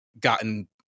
gotten